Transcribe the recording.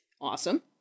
Awesome